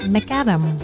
McAdam